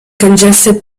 congested